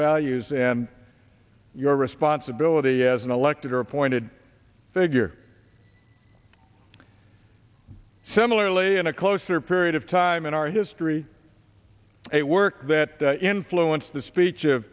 values and your responsibility as an elected or appointed figure similarly in a closer period of time in our history a work that influenced the speech